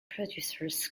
producers